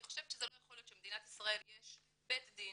אני חושבת שזה לא יכול להיות שלמדינת ישראל יש בית דין